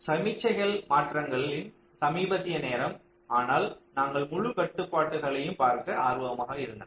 சமிக்ஞை மாற்றங்களின் சமீபத்திய நேரம் ஆனால் நாங்கள் முழு நேர கட்டுப்பாடுகளையும் பார்க்க ஆர்வமாக இருந்தனர்